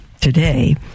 today